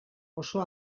oso